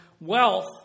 wealth